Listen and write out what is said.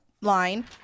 line